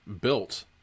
built